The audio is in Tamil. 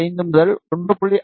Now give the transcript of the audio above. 5 முதல் 1